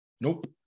Nope